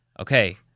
Okay